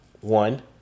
one